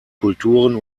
kulturen